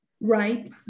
right